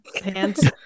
pants